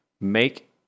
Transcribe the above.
make